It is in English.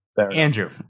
Andrew